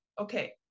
Okay